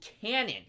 canon